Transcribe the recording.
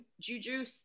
Juju